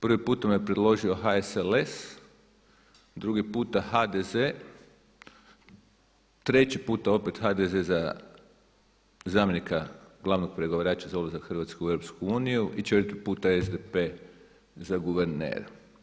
Prvi puta me predložio HSLS, drugi puta HDZ, treći puta opet HDZ za zamjenika glavnog pregovarača za ulazak Hrvatske u EU i četvrti puta SDP za guvernera.